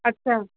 अच्छा